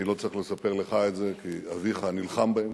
אני לא צריך לספר לך את זה, כי אביך נלחם בהם,